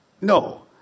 No